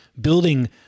building